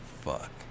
fuck